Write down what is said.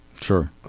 Sure